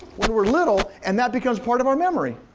when we're little and that becomes part of our memory?